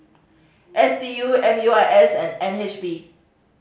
S D U M U I S and N H B